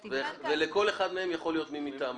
וכל אחד מהם יכול להיות מי מטעמו.